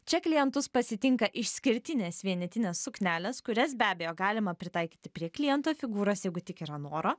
čia klientus pasitinka išskirtinės vienetinės suknelės kurias be abejo galima pritaikyti prie kliento figūros jeigu tik yra noro